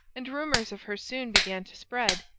and rumours of her soon began to spread.